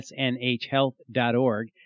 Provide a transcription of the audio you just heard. SNHHealth.org